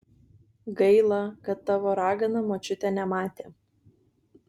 gaila kad tavo ragana močiutė nematė